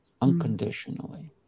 unconditionally